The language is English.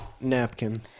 napkin